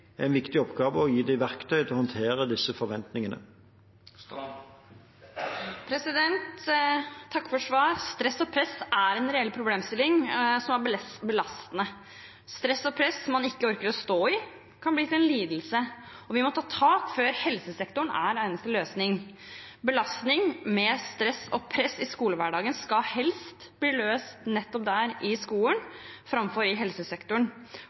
oppgave å gi dem verktøy til å håndtere disse forventningene. Jeg takker for svaret. Stress og press er en reell problemstilling som er belastende. Stress og press man ikke orker å stå i, kan bli til en lidelse, og vi må ta tak i det før helsesektoren er den eneste løsningen. Belastning med stress og press i skolehverdagen skal helst bli løst nettopp i skolen framfor i helsesektoren.